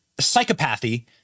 psychopathy